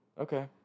Okay